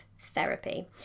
Therapy